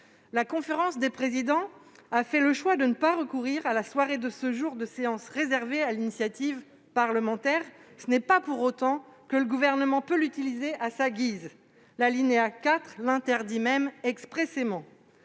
La conférence des présidents a fait le choix de ne pas recourir à la soirée de ce jour de séance réservée à l'initiative parlementaire. Ce n'est pas pour autant que le Gouvernement peut l'utiliser à sa guise. L'alinéa 4 l'interdit même expressément.